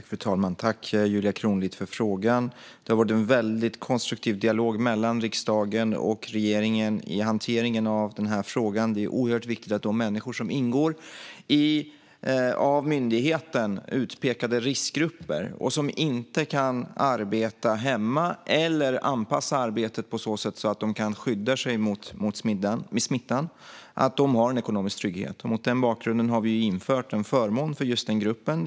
Fru talman! Tack för frågan, Julia Kronlid! Det har varit en väldigt konstruktiv dialog mellan riksdagen och regeringen i hanteringen av den här frågan. Det är oerhört viktigt att de människor som ingår i av myndigheten utpekade riskgrupper och som inte kan arbeta hemifrån eller anpassa arbetet på ett sådant sätt att de kan skydda sig mot smittan har en ekonomisk trygghet. Mot den bakgrunden har vi infört en förmån för just den gruppen.